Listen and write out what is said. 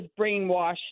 brainwashed